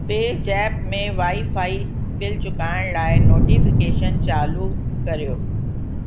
PayZapp में wifi bill चुकाइण लाइ नोटिफिकेशन चालू करियो